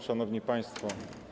Szanowni Państwo!